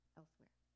elsewhere